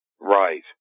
Right